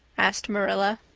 asked marilla.